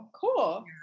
cool